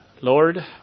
Lord